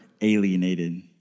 alienated